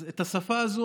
אז את השפה הזו,